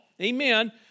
amen